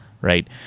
right